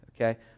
Okay